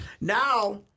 Now—